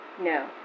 No